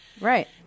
Right